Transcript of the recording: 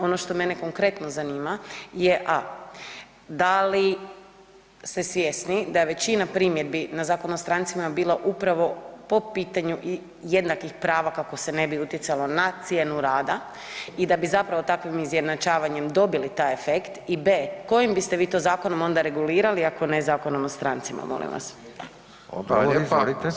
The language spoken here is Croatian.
Ono što mene konkretno zanima je: a) da li ste svjesni da je većina primjedbi na Zakon o strancima bilo upravo po pitanju i jednakih prava kako se ne bi utjecalo na cijenu rada i da bi zapravo takvim izjednačavanjem dobili taj efekt? i b) kojim biste vi to zakonom onda regulirali ako ne Zakonom o strancima, molim vas?